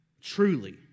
truly